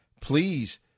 please